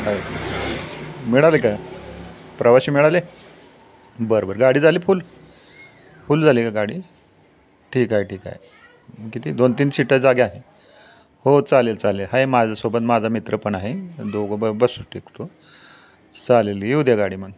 आहे मिळाले का प्रवासी मिळाले बरं बरं गाडी झाली फुल फुल झाली का गाडी ठीक आहे ठीक आहे किती दोन तीन सीटं जागे आहे हो चालेल चालेल आहे माझ्यासोबत माझा मित्र पण आहे दोघं ब बसू टिकतो चालेल येऊ द्या गाडी मग